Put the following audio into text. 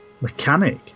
mechanic